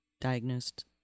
diagnosed